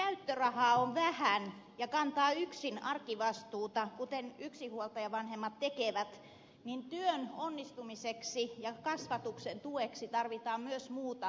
silloin kun käyttörahaa on vähän ja kantaa yksin arkivastuuta kuten yksinhuoltajavanhemmat tekevät niin työn onnistumiseksi ja kasvatuksen tueksi tarvitaan myös muuta kuin euroja